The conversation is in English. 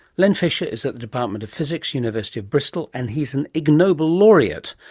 len fisher is at the department of physics, university of bristol and he's an ig nobel laureate.